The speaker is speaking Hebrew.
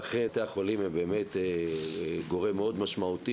ואכן בתי החולים הם גורם מאוד משמעותי,